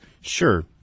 Sure